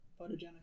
Photogenic